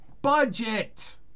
budget